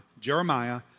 Jeremiah